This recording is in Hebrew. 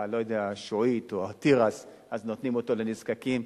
השעועית או התירס אז נותנים אותו לנזקקים.